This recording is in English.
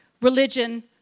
religion